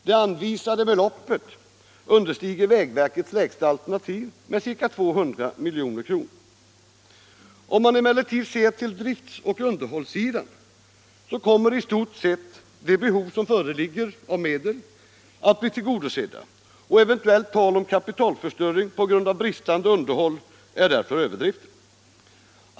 Det anvisade beloppet understiger vägverkets lägsta alternativ med ca 200 milj.kr. Om man emellertid ser till driftoch underhållssidan kommer i stort sett de behov av medel som föreligger att bli tillgodosedda och eventuellt tal om kapitalförstöring på grund av bristande underhåll är därför överdrivet.